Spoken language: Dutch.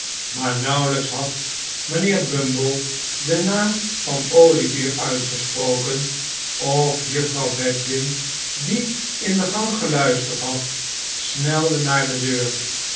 maar nauwelijks had mijnheer bumble den naam van olivier uitgesproken of juffrouw bedwin die in de gang geluisterd had snelde haar de deur